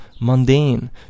mundane